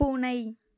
பூனை